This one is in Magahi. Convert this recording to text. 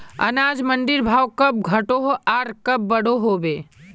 अनाज मंडीर भाव कब घटोहो आर कब बढ़ो होबे?